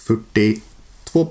42%